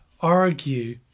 argue